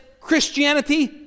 christianity